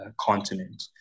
continent